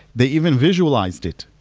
they even visualized it.